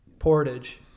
Portage